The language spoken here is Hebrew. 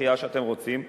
לדחייה שאתם רוצים,